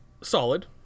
solid